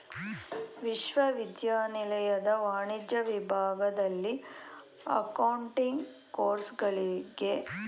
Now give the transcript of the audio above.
ವಿಶ್ವವಿದ್ಯಾನಿಲಯದ ವಾಣಿಜ್ಯ ವಿಭಾಗದಲ್ಲಿ ಅಕೌಂಟಿಂಗ್ ಕೋರ್ಸುಗಳಿಗೆ